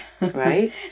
right